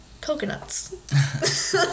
coconuts